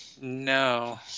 No